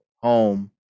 home